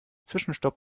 zwischenstopp